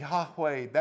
Yahweh